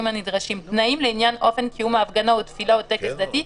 הנדרשים: תנאים לעניין אופן קיום ההפגנה או תפילה או טקס דתי,